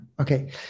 Okay